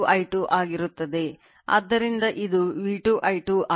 ಆದ್ದರಿಂದ ಇದು V2 I2 ಆಗಿದೆ